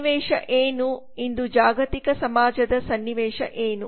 ಸನ್ನಿವೇಶ ಏನುಇಂದುಜಾಗತಿಕ ಸಮಾಜದ ಸನ್ನಿವೇಶ ಏನು